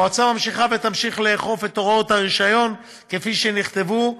המועצה ממשיכה ותמשיך לאכוף את הוראות הרישיון כפי שנכתבו,